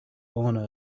owner